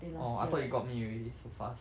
orh I thought you got me already so fast